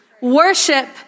Worship